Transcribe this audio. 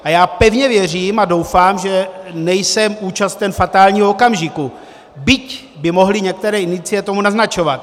A já pevně věřím a doufám, že nejsem účasten fatálního okamžiku, byť by mohly některé indicie tomu naznačovat.